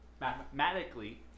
mathematically